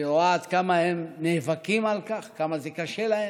היא רואה עד כמה הם נאבקים על כך, כמה זה קשה להם,